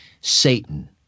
Satan